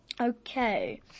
Okay